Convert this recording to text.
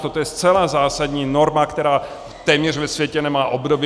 Toto je zcela zásadní norma, která téměř ve světě nemá obdoby.